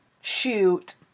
shoot